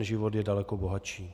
Život je daleko bohatší.